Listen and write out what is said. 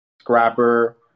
Scrapper